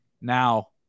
now